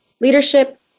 leadership